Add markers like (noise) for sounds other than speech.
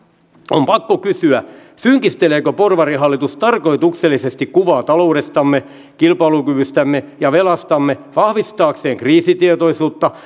on pakko kysyä synkisteleekö porvarihallitus tarkoituksellisesti kuvaa taloudestamme kilpailukyvystämme ja velastamme vahvistaakseen kriisitietoisuutta (unintelligible)